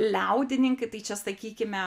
liaudininkai tai čia sakykime